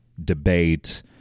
debate